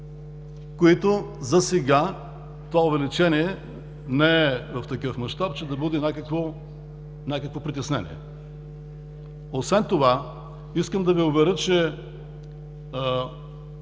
Засега това увеличение не е в такъв мащаб, че да бъде някакво притеснение. Освен това искам да Ви уверя, че